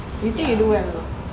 you think I do what now